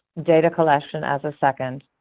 data collection as a second,